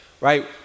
right